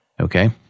Okay